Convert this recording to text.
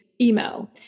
email